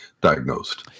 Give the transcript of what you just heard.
diagnosed